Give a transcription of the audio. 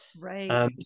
Right